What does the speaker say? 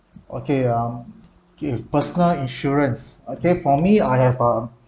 okay ah give personal insurance okay for me I have uh